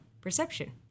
perception